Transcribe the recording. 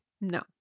No